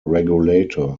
regulator